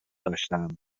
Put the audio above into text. داشتم